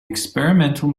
experimental